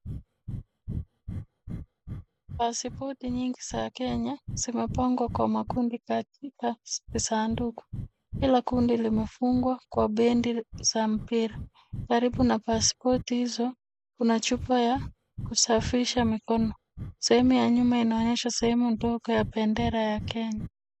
Pasipoti nyingi za Kenya zimepangwa kwa makundi kadhaa kadhaa za sanduku. Kila kundi limefungwa kwa bendi za mpira. Karibu ya pasipoti hizo kuna chupa ya kusafisha mikono. Sehemu ya nyuma inaonyesha sehemu ndogo ya bendera ya Kenya.